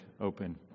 open